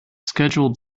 scheduled